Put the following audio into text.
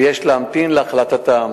ויש להמתין להחלטתה.